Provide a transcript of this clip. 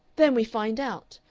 then we find out.